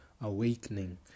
awakening